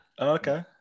Okay